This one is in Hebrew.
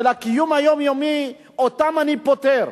של הקיום היומיומי, אותם אני פוטר.